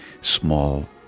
small